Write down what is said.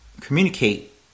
communicate